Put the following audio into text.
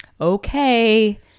okay